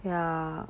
ya